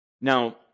Now